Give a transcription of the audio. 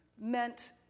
meant